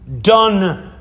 done